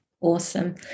awesome